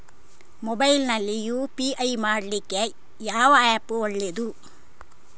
Mobile ನಲ್ಲಿ UPI ಮಾಡ್ಲಿಕ್ಕೆ ಯಾವ ಆ್ಯಪ್ ಒಳ್ಳೇದು?